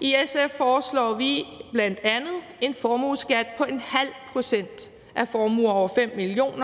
I SF foreslår vi bl.a. en formueskat på ½ pct. på formuer over 5 mio. kr.,